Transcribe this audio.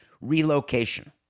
relocation